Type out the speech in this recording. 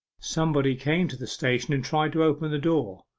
somebody came to the station and tried to open the door.